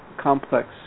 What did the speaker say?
complex